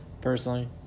personally